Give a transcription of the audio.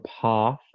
path